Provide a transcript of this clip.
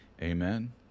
Amen